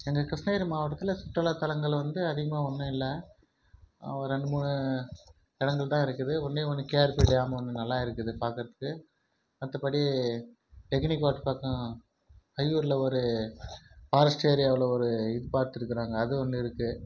எங்கள் கிருஷ்ணகிரி மாவட்டத்தில் சுற்றுலாத்தலங்கள் வந்து அதிகமாக ஒன்றும் இல்லை ரெண்டு மூணு இடங்கள் தான் இருக்குது ஒன்றே ஒன்று கேஆர்பி டேம் ஒன்று நல்லா இருக்குது பார்க்கறதுக்கு மற்றப்படி டெக்னிக் ஒர்க் பார்த்தா கையூரில் ஒரு ஃபாரஸ்ட் ஏரியாவில் ஒரு இது பார்த்துருக்குறாங்க அது ஒன்று இருக்குது